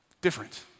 different